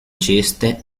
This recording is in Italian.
ceste